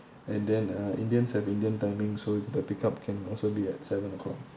and then uh indians have indian timing so the pick up can also be at seven o'clock